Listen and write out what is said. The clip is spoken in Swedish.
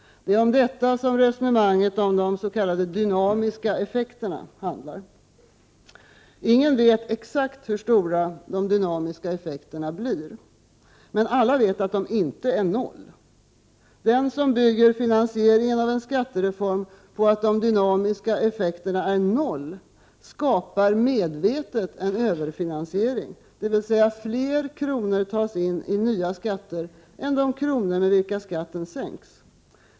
Det är om detta som resonemanget om de s.k. dynamiska effekterna handlar. Ingen vet exakt hur stora dessa dynamiska effekter blir. Men alla vet att de inte är noll. Den som bygger finansieringen av en skattereform på att de dynamiska effekterna är noll, skapar medvetet en överfinansiering, dvs. fler kronor tas in i nya skatter än de kronor med vilka skatten sänks.